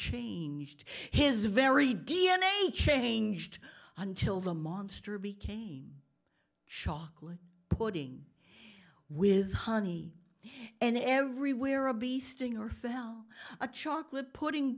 changed his very d n a changed until the monster became chocolate pudding with honey and everywhere a bee sting or fowl a chocolate pudding